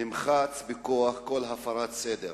נמחץ בכוח כל הפרת סדר.